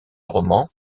roman